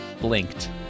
blinked